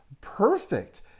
perfect